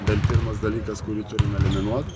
tai pirmas dalykas kurį turim eleminuot